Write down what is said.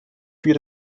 für